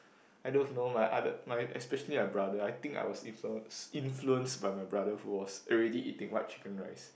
I don't know my other my especially my brother I think I was influen~ influenced by my brother who was already eating white chicken rice